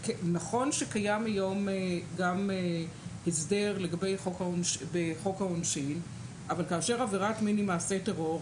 נכון שהיום קיים הסדר בחוק העונשין אבל כאשר עבירת מין היא מעשה טרור,